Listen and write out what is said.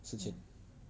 四千